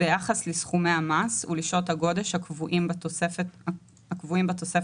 ביחס לסכומי המס ולשעות הגודש הקבועים בתוספת השנייה,